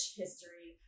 history